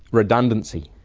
redundancy.